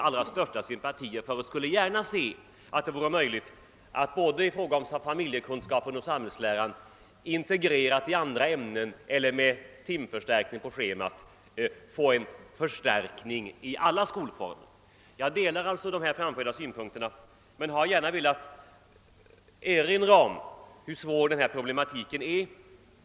Jag skulle gärna se att om möjligt både familjekunskapen och samhällsläran integrerades med andra ämnen eller fick en timförstärkning på schemat i alla skolformer. Jag delar alltså bägge de framförda uppfattningarna men har velat erinra om vilken svår problematik det gäller.